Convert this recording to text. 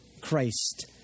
Christ